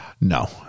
No